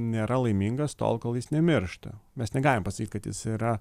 nėra laimingas tol kol jis nemiršta mes negalim pasakyt kad jis yra